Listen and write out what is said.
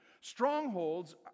Strongholds